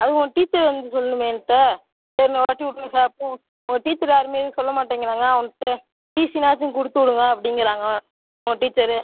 அது உங்கள் டீச்சர் வந்து சொல்லணுமே என்கிட்ட சார் இந்த வாட்டி விட்ருங்க சார் உங்கள் டீச்சர் யாருமே எதுவும் சொல்ல மாட்டேங்கிறாங்க அவனுக்கு டிசினாச்சும் கொடுத்தூடுங்க அப்படிங்கிறாங்க உங்கள் டீச்சரு